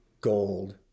gold